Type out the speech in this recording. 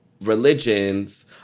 religions